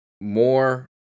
more